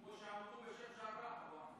כמו שעמדו בשייח' ג'ראח.